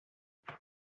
and